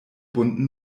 bunten